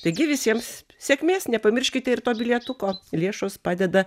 taigi visiems sėkmės nepamirškite ir to bilietuko lėšos padeda